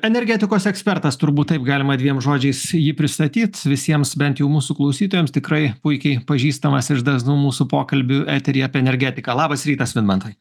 energetikos ekspertas turbūt taip galima dviem žodžiais jį pristatyt visiems bent jau mūsų klausytojams tikrai puikiai pažįstamas iš dažnų mūsų pokalbių eteryje apie energetiką labas rytas vidmantai